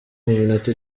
minota